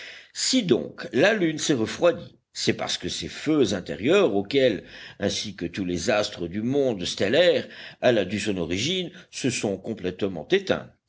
si donc la lune s'est refroidie c'est parce que ces feux intérieurs auxquels ainsi que tous les astres du monde stellaire elle a dû son origine se sont complètement éteints